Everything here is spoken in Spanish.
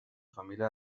familia